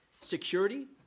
security